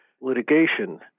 litigation